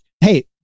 Hey